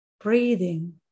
breathing